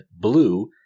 Blue